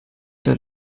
der